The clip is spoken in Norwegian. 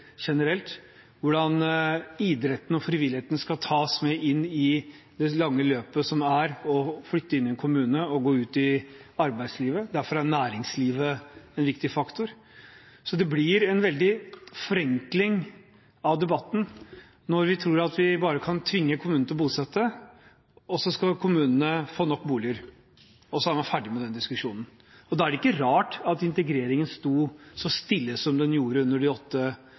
generelt og om hvordan idretten og frivilligheten skal tas med inn i det lange løpet som det er å flytte inn i en kommune og gå ut i arbeidslivet. Derfor er næringslivet en viktig faktor. Det blir en veldig forenkling av debatten når vi tror at bare vi kan tvinge kommunene til å bosette, så skal kommunene få nok boliger, og så er man ferdig med den diskusjonen. Da er det ikke rart at integreringen sto så stille som den gjorde under de åtte